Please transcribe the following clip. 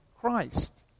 Christ